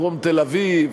דרום תל-אביב,